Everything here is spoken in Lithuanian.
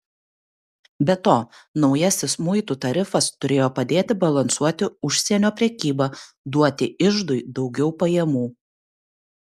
be to naujasis muitų tarifas turėjo padėti balansuoti užsienio prekybą duoti iždui daugiau pajamų